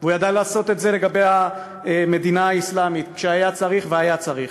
הוא ידע לעשות את זה לגבי "המדינה האסלאמית" כשהיה צריך והיה צריך.